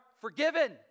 forgiven